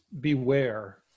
beware